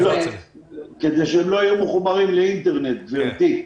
כדי שהם לא יהיו מחוברים לאינטרנט, גברתי.